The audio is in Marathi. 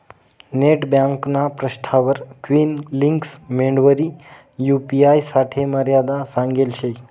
नेट ब्यांकना पृष्ठावर क्वीक लिंक्स मेंडवरी यू.पी.आय साठे मर्यादा सांगेल शे